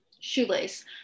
Shoelace